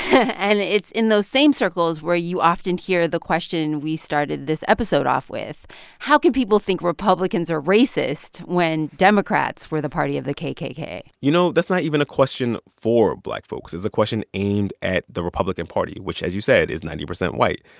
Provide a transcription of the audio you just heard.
and it's in those same circles where you often hear the question we started this episode off with how can people think republicans are racist when democrats were the party of the kkk? you know, that's not even a question for black folks. it's a question aimed at the republican party, which as you said, is ninety percent white.